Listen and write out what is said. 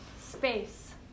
space